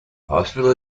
hospital